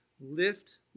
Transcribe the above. lift